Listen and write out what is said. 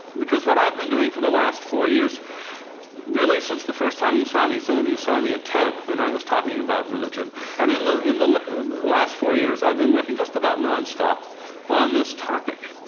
because what i've been doing for the last four years really since the first time you saw me some of you saw me at ted when i was talking about religion and in the in the last four years, i've been working just about non-stop on this topic.